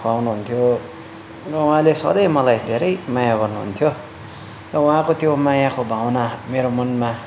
खुवाउनु हुन्थ्यो उहाँले सधैँ मलाई धेरै माया गर्नुहुन्थ्यो उहाँको त्यो मायाको भावना मेरो मनमा